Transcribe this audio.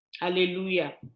Hallelujah